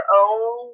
own